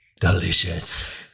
Delicious